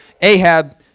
Ahab